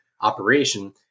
operation